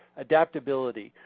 adaptability,